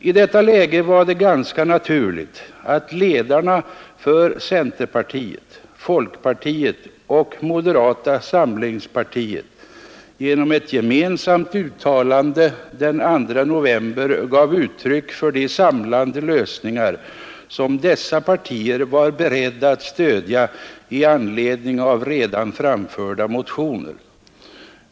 I detta läge var det ganska naturligt att ledarna för centerpartiet, folkpartiet och moderata samlingspartiet genom ett gemensamt uttalande den 2 november gav uttryck för de samlande lösningar som dessa partier var beredda att stödja i anledning av redan framförda motioner.